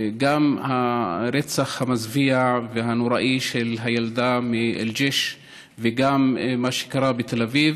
גם הרצח המזוויע והנוראי של הילדה מאל-ג'ש וגם מה שקרה בתל אביב.